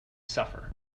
suffer